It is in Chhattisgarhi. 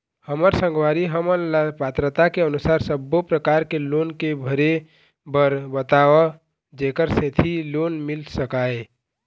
हमर संगवारी हमन ला पात्रता के अनुसार सब्बो प्रकार के लोन के भरे बर बताव जेकर सेंथी लोन मिल सकाए?